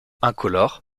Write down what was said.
incolore